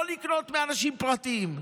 לא לקנות מאנשים פרטיים,